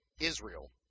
Israel